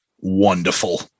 Wonderful